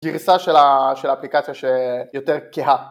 גרסה של האפליקציה שיותר כהה